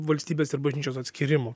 valstybės ir bažnyčios atskyrimo